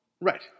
Right